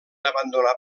abandonar